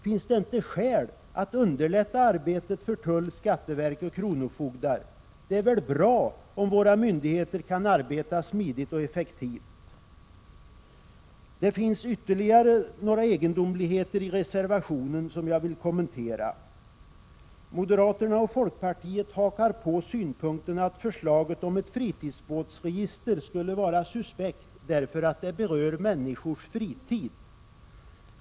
Finns det inte skäl att underlätta arbetet för tull, skatteverk och kronofogdar? Det är väl bra om våra myndigheter kan arbeta smidigt och effektivt. Det finns ytterligare några egendomligheter i reservationen som jag vill kommentera. Moderaterna och folkpartiet hakar på synpunkten att förslaget om ett fritidsbåtsregister skulle vara suspekt därför att det berör människors fritid.